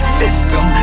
system